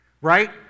right